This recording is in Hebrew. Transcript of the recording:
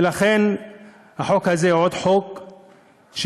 ולכן החוק הזה הוא עוד חוק שירתיע,